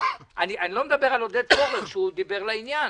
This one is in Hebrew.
אני לא מדבר על עודד פורר שדיבר לעניין,